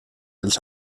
dels